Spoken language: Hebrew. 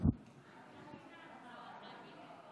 החוק שמביאים כאן,